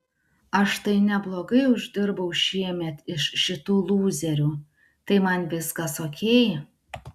aš tai neblogai uždirbau šiemet iš šitų lūzerių tai man viskas okei